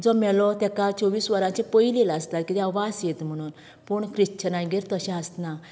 जो मेलो तेका चोवीस वराच्या पयलीं लासता किद्याक वास येत म्हणून पूण क्रिश्चनागेर तशें आसना